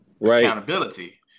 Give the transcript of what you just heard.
accountability